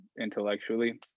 intellectually